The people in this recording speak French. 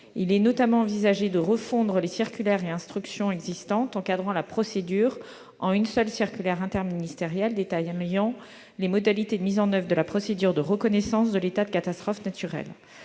Il est notamment envisagé de refondre les circulaires et instructions existantes encadrant la procédure en une seule circulaire interministérielle détaillant les modalités de mise en oeuvre de la procédure de reconnaissance de l'état de catastrophe naturelle.